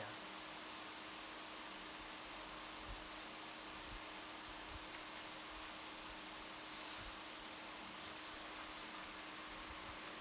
ya